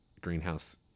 greenhouse